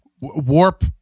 Warp